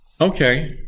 okay